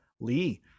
Lee